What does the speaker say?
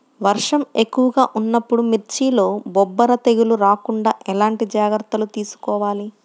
వర్షం ఎక్కువగా ఉన్నప్పుడు మిర్చిలో బొబ్బర తెగులు రాకుండా ఎలాంటి జాగ్రత్తలు తీసుకోవాలి?